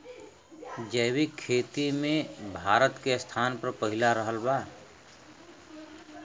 जैविक खेती मे भारत के स्थान पहिला रहल बा